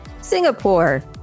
Singapore